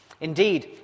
Indeed